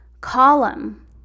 column